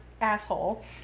asshole